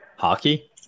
Hockey